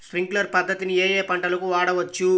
Sprinkler పద్ధతిని ఏ ఏ పంటలకు వాడవచ్చు?